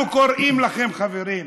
אנחנו קוראים לכם, חברים: